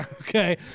Okay